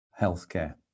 healthcare